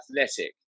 athletic